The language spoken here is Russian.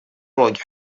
роге